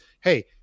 hey